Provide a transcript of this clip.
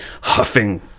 huffing